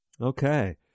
Okay